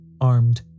armed